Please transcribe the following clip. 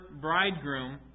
bridegroom